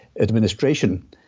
administration